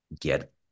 get